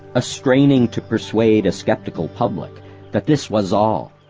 a straining to persuade a sceptical public that this was all,